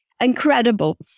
Incredible